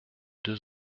deux